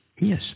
Yes